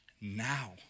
now